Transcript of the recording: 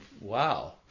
wow